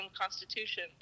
constitution